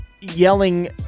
yelling